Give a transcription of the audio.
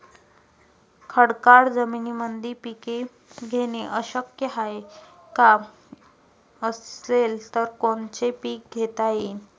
खडकाळ जमीनीमंदी पिके घेणे शक्य हाये का? असेल तर कोनचे पीक घेता येईन?